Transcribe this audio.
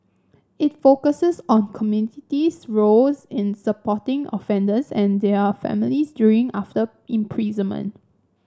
it focuses on community's roles in supporting offenders and their families during after imprisonment